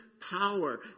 power